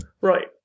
Right